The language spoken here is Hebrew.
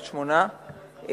בכל זאת הספרייה בקריית-שמונה,